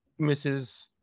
Mrs